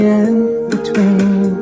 in-between